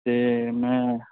ਅਤੇ ਮੈਂ